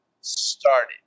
Started